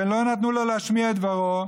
לא נתנו לו להשמיע את דברו,